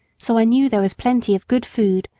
so i knew there was plenty of good food,